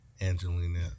Angelina